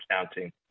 accounting